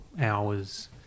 hours